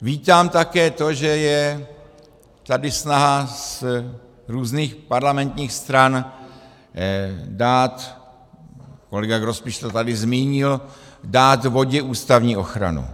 Vítám také to, že je tady snaha různých parlamentních stran dát, kolega Grospič to tady zmínil, dát vodě ústavní ochranu.